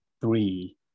three